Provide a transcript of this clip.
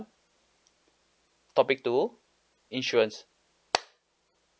topic two insurance